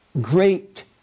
Great